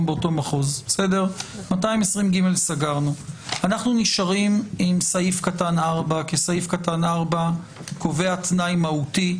זאת הסיטואציה של סעיף קטן (ב) כי זה דורש את הסכמת